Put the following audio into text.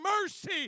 mercy